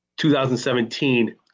2017